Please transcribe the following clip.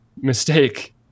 mistake